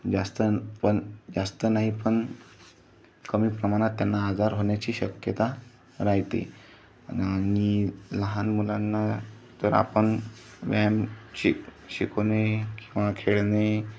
जास्त पण जास्त नाही पण कमी प्रमाणात त्यांना आजार होण्याची शक्यता राहते आणि लहान मुलांना तर आपण व्यायाम शिक शिकवणे किंवा खेळणे